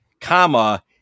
comma